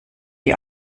die